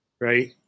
Right